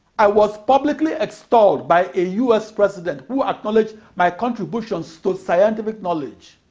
i was publicly extolled by a u s. president who acknowledged my contributions to scientific knowledge.